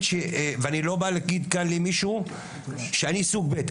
אני לא בא להגיד כאן למישהו שאני סוג ב'.